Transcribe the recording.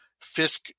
Fisk